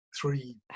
three